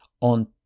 on